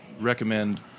recommend